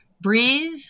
breathe